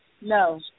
no